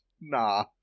nah